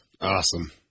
Awesome